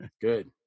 Good